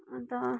अन्त